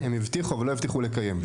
הם הבטיחו אבל לא הבטיחו לקיים.